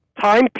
time